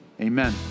Amen